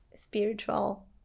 spiritual